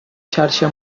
xarxa